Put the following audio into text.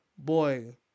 Boy